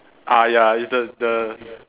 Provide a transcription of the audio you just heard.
ah ya it's the the